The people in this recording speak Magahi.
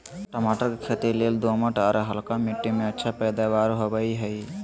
टमाटर के खेती लेल दोमट, आर हल्का मिट्टी में अच्छा पैदावार होवई हई